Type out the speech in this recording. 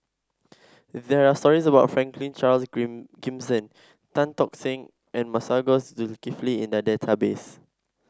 there are stories about Franklin Charles Green Gimson Tan Tock Seng and Masagos Zulkifli in the database